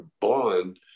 bond